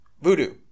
Voodoo